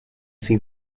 seem